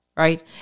Right